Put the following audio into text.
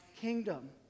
kingdom